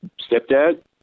stepdad